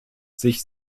sich